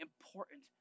important